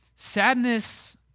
Sadness